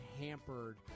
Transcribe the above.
hampered